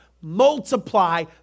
multiply